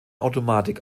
automatik